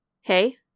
Hey